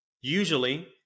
usually